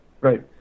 Right